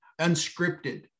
unscripted